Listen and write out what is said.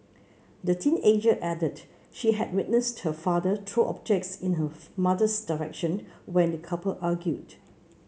the teenager added she had witnessed her father throw objects in her mother's direction when the couple argued